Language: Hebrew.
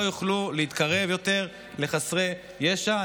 לא יוכלו להתקרב יותר לחסרי ישע.